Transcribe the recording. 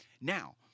Now